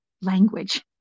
language